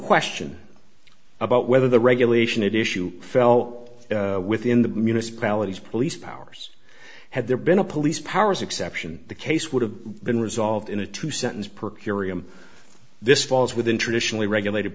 question about whether the regulation it issue fell within the municipalities police powers had there been a police powers exception the case would have been resolved in a two sentence per curiam this falls within traditionally regulated